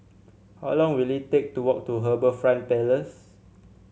how long will it take to walk to HarbourFront Place